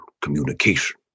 communication